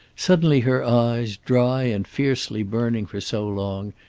suddenly her eyes, dry and fiercely burning for so long,